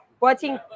Watching